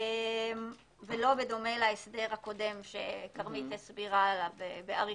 ולא בדומה להסדר הקודם שכרמית הסבירה עליו באריכות.